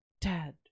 Dad